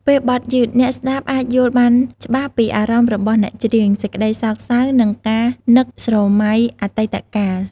ពេលបទយឺត អ្នកស្តាប់អាចយល់បានច្បាស់ពីអារម្មណ៍របស់អ្នកច្រៀង សេចក្ដីសោកសៅ ឬការនឹកស្រមៃអតីតកាល។